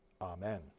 Amen